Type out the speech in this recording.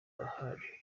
ahandi